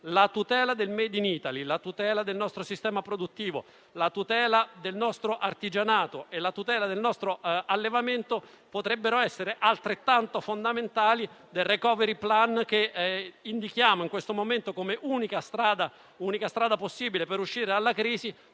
la tutela del *made in Italy,* del nostro sistema produttivo, del nostro artigianato e del nostro allevamento potrebbe essere altrettanto fondamentale del *recovery plan,* che indichiamo in questo momento come unica strada possibile per uscire dalla crisi,